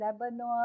Lebanon